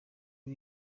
iyo